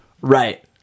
Right